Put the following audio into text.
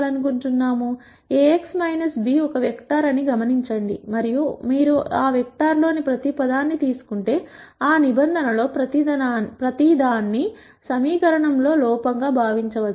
Ax b ఒక vector అని గమనించండి మరియు మీరు ఆ వెక్టర్లోని ప్రతి పదాన్ని తీసుకుంటే ఆ నిబంధనలలో ప్రతి దాన్ని సమీకరణం లో లోపం గా భావించ వచ్చు